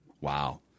Wow